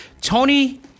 Tony